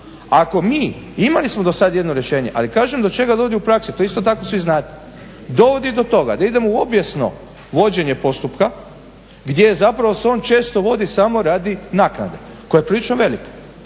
Ako mi, imali smo do sada jedno rješenje, ali kažem do čega dovodi u praksi. To isto tako svi znate. Dovodi do toga da idemo … vođenje postupka gdje zapravo se on često vodi samo radi naknade koja je prilično velika